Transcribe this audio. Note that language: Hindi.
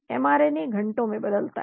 mRNA घंटों में बदलता है